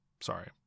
Sorry